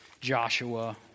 Joshua